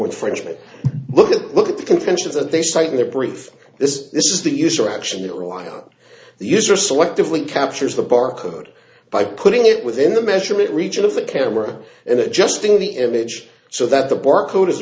infringement look at look at the contentions that they cite in their brief this is this is the user action that rely on the user selectively captures the barcode by putting it within the measurement region of the camera and adjusting the image so that the barcode is